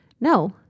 No